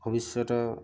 ভৱিষ্যতৰ